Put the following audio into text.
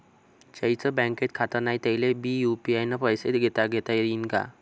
ज्याईचं बँकेत खातं नाय त्याईले बी यू.पी.आय न पैसे देताघेता येईन काय?